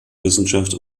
wissenschaft